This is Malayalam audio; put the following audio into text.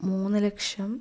മൂന്ന് ലക്ഷം